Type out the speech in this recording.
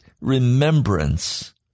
remembrance